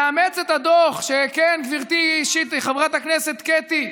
יאמץ את הדוח, כן, גברתי, חברת הכנסת קטי,